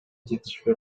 жетишпей